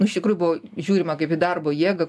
iš tikrųjų buvo žiūrima kaip į darbo jėgą